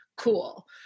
cool